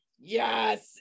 yes